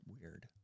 weird